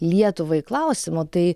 lietuvai klausimu tai